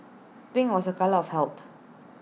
pink was A colour of health